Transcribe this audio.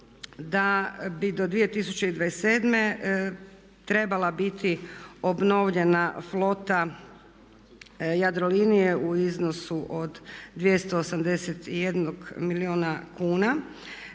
da bi do 2027. trebala biti obnovljena flota Jadrolinije u iznosu od 281 milijuna kuna,